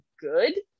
good